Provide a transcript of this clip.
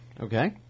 Okay